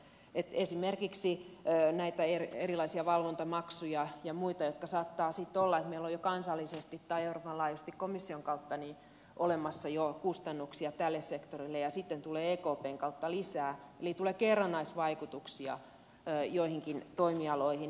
on esimerkiksi näitä erilaisia valvontamaksuja ja muita ja saattaa sitten olla että meillä on jo kansallisesti tai euroopan laajuisesti komission kautta olemassa kustannuksia tälle sektorille ja sitten tulee ekpn kautta lisää eli tulee kerrannaisvaikutuksia joillekin toimialoille